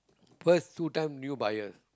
first two time new buyer